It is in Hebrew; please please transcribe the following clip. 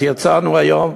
אז יצאנו היום.